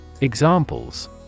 Examples